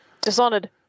Dishonored